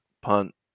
punt